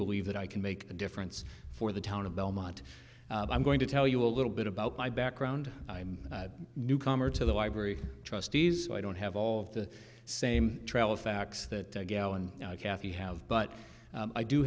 believe that i can make a difference for the town of belmont i'm going to tell you a little bit about my background i'm newcomer to the library trustees so i don't have all of the same travel facts that kathy have but i do